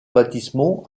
baptismaux